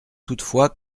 toutefois